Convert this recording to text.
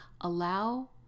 allow